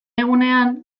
egunean